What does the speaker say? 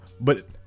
but-